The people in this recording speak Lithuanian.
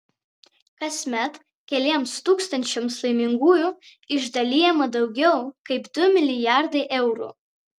kasmet keliems tūkstančiams laimingųjų išdalijama daugiau kaip du milijardai eurų